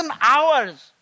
hours